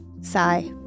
Sigh